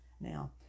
Now